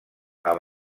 amb